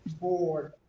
board